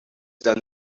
done